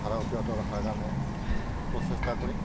ধাৰা অব্যাহত ৰখাৰ কাৰণে প্ৰচেষ্টা কৰিম